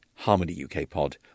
harmonyukpod